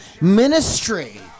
Ministry